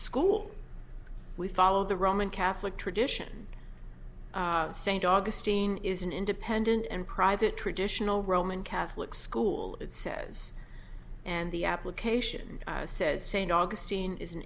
school we follow the roman catholic tradition st augustine is an independent and private traditional roman catholic school it says and the application says st augustine is an